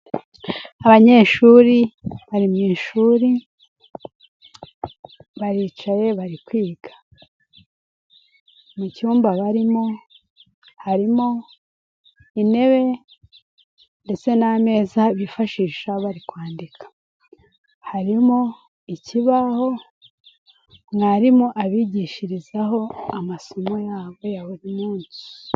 Abanyeshuri bari mu ishuri baricaye bari kwiga, mu cyumba barimo harimo intebe ndetse n'ameza bifashisha bari kwandika, harimo ikibaho mwarimu abigishirizaho amasomo yabo ya buri munsi.